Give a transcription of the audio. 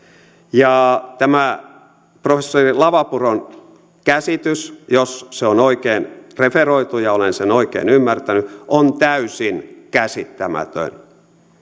ja tämä professori lavapuron käsitys jos se on oikein referoitu ja olen sen oikein ymmärtänyt on täysin käsittämätön